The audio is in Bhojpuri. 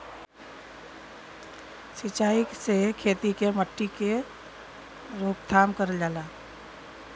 सिंचाई से खेती के मट्टी क रोकथाम करल जाला